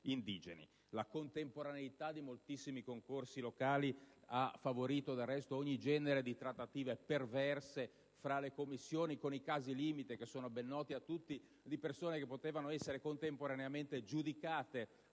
La contemporaneità di moltissimi concorsi locali ha favorito, del resto, ogni genere di trattative perverse tra le commissioni, con i casi limite, ben noti a tutti, di persone che potevano essere contemporaneamente giudicate